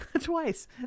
twice